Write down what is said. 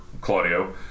Claudio